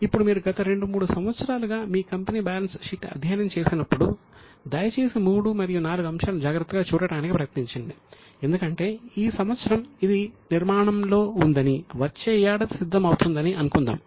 ఇప్పుడు మీరు గత రెండు మూడు సంవత్సరాలుగా మీ కంపెనీ బ్యాలెన్స్ షీట్ అధ్యయనం చేసినప్పుడు దయచేసి 3 మరియు 4 అంశాలను జాగ్రత్తగా చూడటానికి ప్రయత్నించండి ఎందుకంటే ఈ సంవత్సరం ఇది నిర్మాణంలో ఉందని వచ్చే ఏడాది సిద్ధం అవుతుందని అనుకుందాం